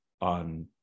on